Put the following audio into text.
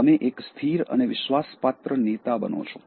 તમે એક સ્થિર અને વિશ્વાસપાત્ર નેતા બનો છો